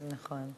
נכון.